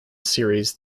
series